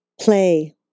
play